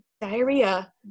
diarrhea